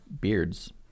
beards